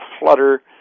flutter